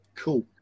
cool